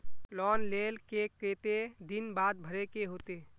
Loan लेल के केते दिन बाद भरे के होते?